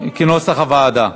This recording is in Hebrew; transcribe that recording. כנוסח הוועדה.